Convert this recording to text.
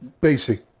basic